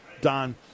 don